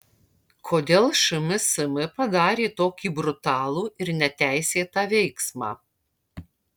kodėl šmsm padarė tokį brutalų ir neteisėtą veiksmą